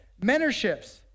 mentorships